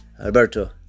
Alberto